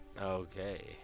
okay